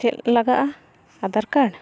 ᱪᱮᱫ ᱞᱟᱜᱟᱜᱼᱟ ᱟᱫᱷᱟᱨ ᱠᱟᱨᱰ